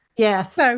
Yes